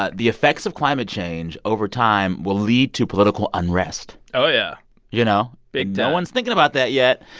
ah the effects of climate change over time will lead to political unrest oh, yeah you know. big time. no one's thinking about that yet.